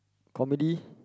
comedy